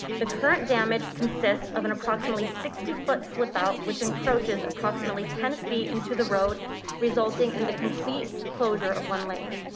the current damage consists of an approximately sixty foot slip out, which encroaches approximately ten feet into the road resulting in the complete closure of one lane.